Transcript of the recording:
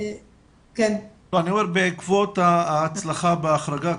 בעקבות ההצלחה בהחרגה,